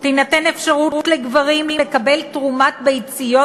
תינתן אפשרות לגברים לקבל תרומת ביציות